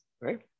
Right